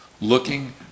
looking